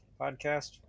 podcast